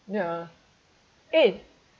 ya eh